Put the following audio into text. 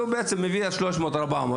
הוא מביא 300 - 400,